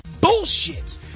bullshit